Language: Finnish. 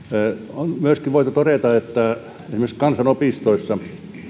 on myöskin voitu todeta että esimerkiksi kansanopistoissa